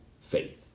faith